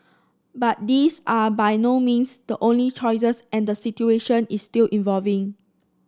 but these are by no means the only choices and the situation is still evolving